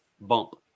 bump